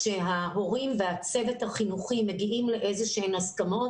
כאשר ההורים והצוות החינוכי מגיעים לאיזה שהן הסכמות,